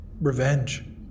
revenge